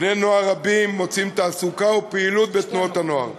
בני-נוער רבים מוצאים תעסוקה ופעילות בתנועות הנוער,